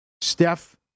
Steph